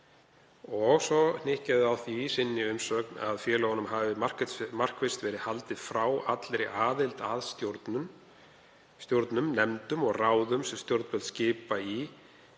og svo hnykkja þau á því í umsögn sinni að félögunum hafi markvisst verið haldið frá allri aðild að stjórnum, nefndum og ráðum sem stjórnvöld skipa í til